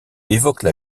évoquent